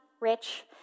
rich